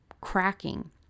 cracking